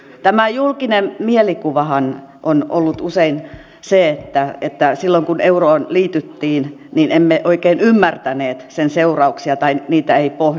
tämä julkinen mielikuvahan on ollut usein se että silloin kun euroon liityttiin emme oikein ymmärtäneet sen seurauksia tai niitä ei pohdittu